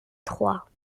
trois